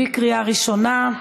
בקריאה ראשונה.